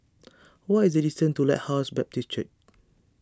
what is the distance to Lighthouse Baptist Church